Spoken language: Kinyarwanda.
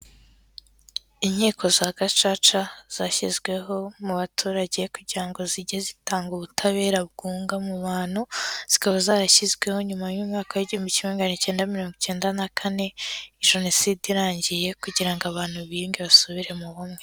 Inkiko za gacaca zashyizweho mu baturage kugira ngo zijye zitanga ubutabera bwunga mu bantu, zikaba zarashyizweho nyuma y'umwaka w'igihugu kinga icyenda mirongo icyenda na kane Jenoside irangiye kugira ngo abantu biyuge basubire mu bumwe.